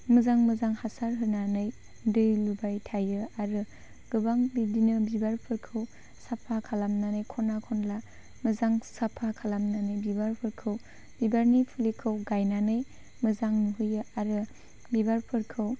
मोजां मोजां हासार होनानै दै लुबाय थायो आरो गोबां बिदिनो बिबारफोरखौ साफा खालामनानै ख'ना खनला मोजां साफा खालामनानै बिबारफोरखौ बिबारनि फुलिखौ गायनानै मोजां नुहोयो आरो बिबारफोरखौ